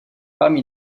parmi